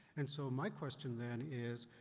and so my question then is,